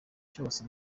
cyose